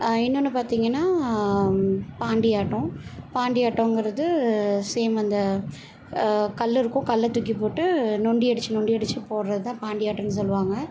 இன்னொன்று பார்த்தீங்கனா பாண்டியாட்டம் பாண்டி ஆட்டங்கறது சேம் அந்த கல் இருக்கும் கல்லை தூக்கி போட்டு நொண்டி அடித்து நொண்டி அடித்து போடுறது தான் பாண்டியாட்டம்னு சொல்வாங்க